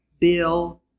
Bill